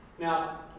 Now